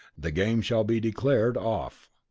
the game shall be declared off.